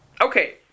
Okay